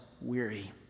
weary